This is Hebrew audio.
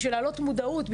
בשביל להעלות מודעות,